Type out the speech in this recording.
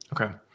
Okay